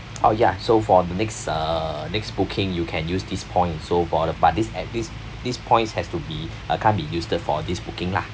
oh ya so for the next uh next booking you can use this point so for the but this at this this point has to be uh can't be used for this booking lah